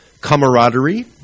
camaraderie